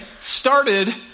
started